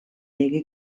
lege